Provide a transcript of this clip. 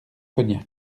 cognac